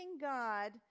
God